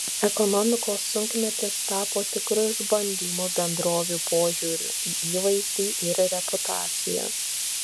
ekonomikos sunkmetis tapo tikru išbandymu bendrovių požiūriui į įvaizdį ir reputaciją